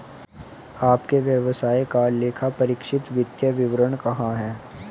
आपके व्यवसाय का लेखापरीक्षित वित्तीय विवरण कहाँ है?